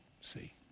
see